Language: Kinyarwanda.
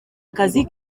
akazi